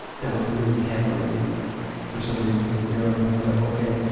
that would really hamper me for some reason, you know? and it's like, okay,